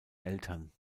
eltern